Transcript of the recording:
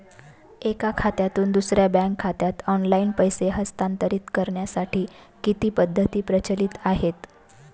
एका खात्यातून दुसऱ्या बँक खात्यात ऑनलाइन पैसे हस्तांतरित करण्यासाठी किती पद्धती प्रचलित आहेत?